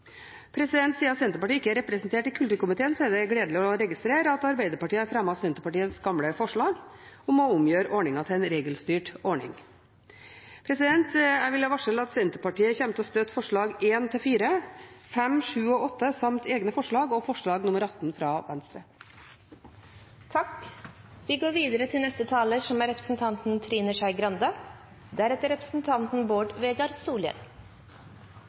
Siden Senterpartiet ikke er representert i kulturkomiteen, er det gledelig å registrere at Arbeiderpartiet har fremmet Senterpartiets gamle forslag om å omgjøre ordningen til en regelstyrt ordning. Jeg vil varsle at Senterpartiet kommer til å støtte forslagene nr. 1–4, 5, 7 og 8 samt egne forslag og forslag nr. 18, fra